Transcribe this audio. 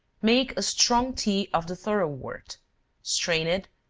make a strong tea of the thoroughwort strain it,